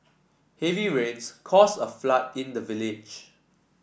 heavy rains caused a flood in the village